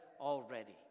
already